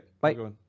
Bye